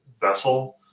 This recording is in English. vessel